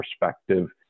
perspective